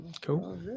Cool